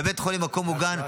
בבית חולים במקום מוגן.